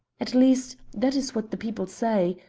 at least, that is what the people say.